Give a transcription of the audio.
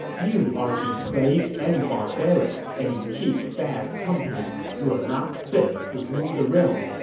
you are depraved and barbaric, and you keep bad company. you are not fit to rule the realm.